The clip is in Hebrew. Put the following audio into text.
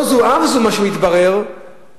לא זו אף זו, מתברר שהממשלה,